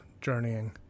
journeying